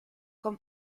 con